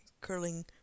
curling